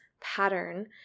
pattern